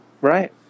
Right